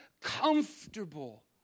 comfortable